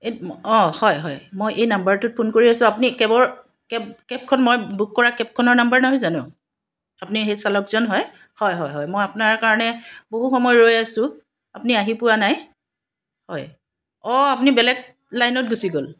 এই অঁ হয় হয় মই এই নাম্বাৰটোত ফোন কৰি আছোঁ আপুনি কেবৰ কেব কেবখন মই বুক কৰা কেবখনৰ নাম্বাৰ নহয় জানো আপুনি সেই চালকজন হয় হয় হয় হয় মই আপোনাৰ কাৰণে বহু সময় ৰৈ আছোঁ আপুনি আহি পোৱা নাই হয় অঁ আপুনি বেলেগ লাইনত গুচি গ'ল